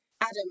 Adam